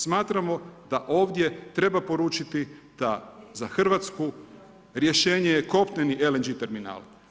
Smatramo da ovdje treba poručiti da Hrvatsku, rješenje je kopneni LNG terminal.